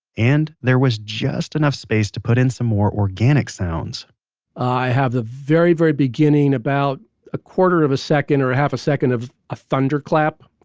and there was juuuust enough space to put in some more organic sounds i have the very, very beginning about a quarter of a second or a half a second of a thunder clap.